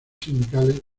sindicales